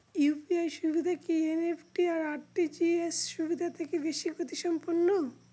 UPI সুবিধা কি NEFT আর আর.টি.জি.এস সুবিধা থেকে বেশি গতিসম্পন্ন?